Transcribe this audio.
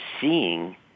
seeing